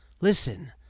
Listen